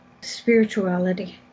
spirituality